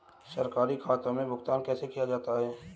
सरकारी खातों में भुगतान कैसे किया जाता है?